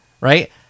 right